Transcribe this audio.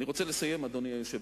אני רוצה לסיים, אדוני היושב-ראש,